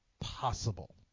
possible